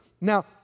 Now